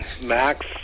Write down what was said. Max